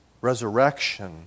resurrection